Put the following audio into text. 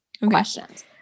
questions